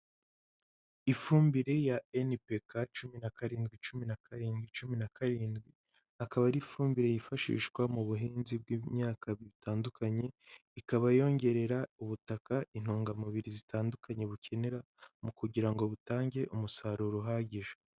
Ifumbire ya NPK 17,17,17, akaba ari ifumbire yifashishwa mu buhinzi bw'imyaka butandukanye, ikaba yongerera ubutaka intungamubiri zitandukanye bukenera mu kugira ngo butange umusaruro uhagije.